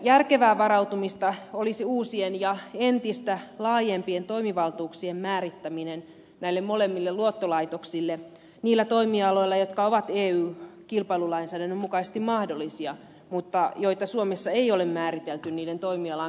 järkevää varautumista olisi uusien ja entistä laajempien toimivaltuuksien määrittää näille molemmille luottolaitoksille uudet ja entistä laajemmat toimivaltuudet jotka ovat eu kilpailulainsäädännön mukaisesti mahdollisia mutta joita suomessa ei ole määritelty näille luottolaitoksille kuuluviksi